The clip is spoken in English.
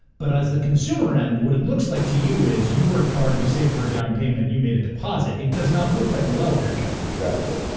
but as the consumer end what it looks like to you is you worked hard, you saved for a down payment, you made a deposit, it does not look like a welfare check. exactly,